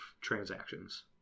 transactions